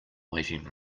waiting